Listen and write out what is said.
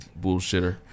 Bullshitter